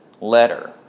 letter